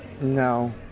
No